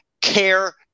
care